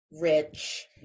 Rich